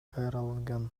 кайрылган